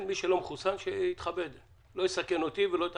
שמי שלא מחוסן לא יסכן אותי ואת האחרים.